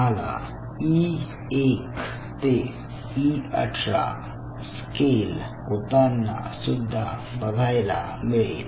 तुम्हाला ई1 ते ई18 स्केल होताना सुद्धा बघायला मिळेल